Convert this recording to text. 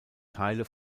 teile